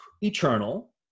eternal